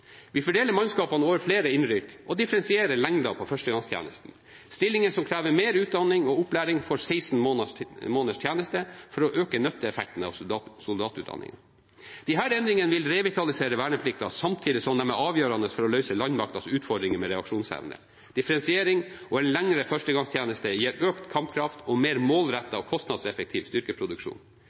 Vi fordeler mannskapene over flere innrykk og differensierer lengden på førstegangstjenesten. Stillinger som krever mer utdanning og opplæring, får 16 måneders tjeneste for å øke nytteeffekten av soldatutdanningen. Disse endringene vil revitalisere verneplikten, samtidig som de er avgjørende for å løse landmaktens utfordringer med reaksjonsevne. Differensiering og en lengre førstegangstjeneste gir økt kampkraft og en mer målrettet og kostnadseffektiv styrkeproduksjon.